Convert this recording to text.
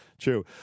True